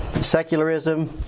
secularism